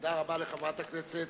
תודה רבה לחברת הכנסת